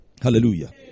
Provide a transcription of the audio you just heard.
Hallelujah